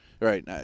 Right